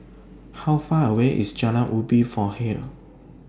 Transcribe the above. How Far away IS Jalan Ubin from here